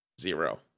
Zero